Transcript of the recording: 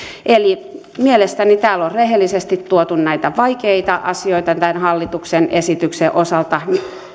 eli mielestäni täällä on rehellisesti tuotu näitä vaikeita asioita tämän hallituksen esityksen osalta